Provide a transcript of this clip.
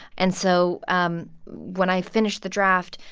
and so um when i finished the draft,